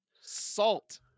Salt